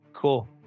cool